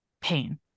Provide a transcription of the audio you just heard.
pain